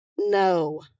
no